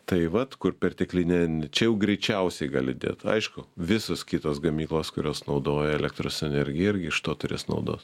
tai vat kur perteklinė čia jau greičiausiai gali dėt aišku visos kitos gamyklos kurios naudoja elektros energiją irgi iš to turės naudos